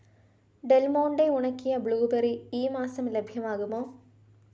Del Monte ഉണക്കിയ blueberry ഈ മാസം ലഭ്യമാകുമോ